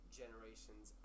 generations